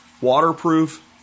waterproof